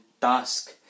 task